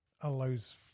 allows